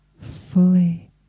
fully